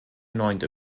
neunte